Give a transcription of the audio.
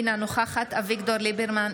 אינה נוכחת אביגדור ליברמן,